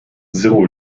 zéro